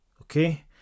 okay